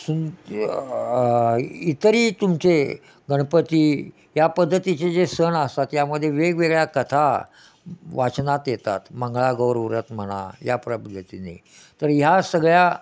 सुं इतरही तुमचे गणपती या पद्धतीचे जे सण असतात यामध्ये वेगवेगळ्या कथा वाचनात येतात मंगळागौर व्रत म्हणा या प्र पद्धतीने तर ह्या सगळ्या